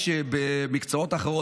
יש במקצועות אחרים,